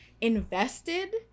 invested